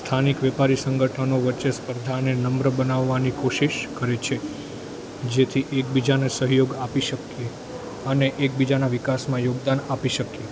સ્થાનિક વેપારી સંગઠનો વચ્ચે સ્પર્ધાને નમ્ર બનાવવાની કોશિશ કરે છે જેથી એકબીજાને સહયોગ આપી શકીએ અને એકબીજાના વિકાસમાં યોગદાન આપી શકીએ